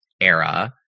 era